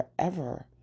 forever